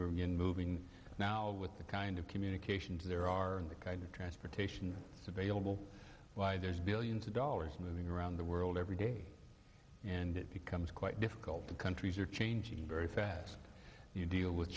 were moving now with the kind of communications there are the kind of transportation available there's billions of dollars moving around the world every day and it becomes quite difficult to countries are changing very fast you deal with